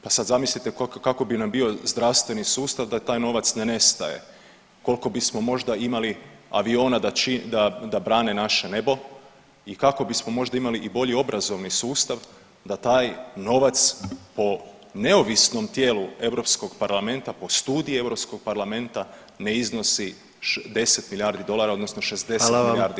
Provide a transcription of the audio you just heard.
Pa sad zamislite kakav bi nam bio zdravstveni sustav da taj novac ne nestaje, koliko bismo možda imali aviona da brane naše nebo i kako bismo možda imali i bolji obrazovni sustav da taj novac po neovisnom tijelu Europskog parlamenta po studiji Europskog parlamenta ne iznosi 10 milijardi dolara odnosno [[Upadica predsjednik: Hvala vam.]] 60 milijardi